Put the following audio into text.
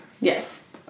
Yes